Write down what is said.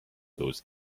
those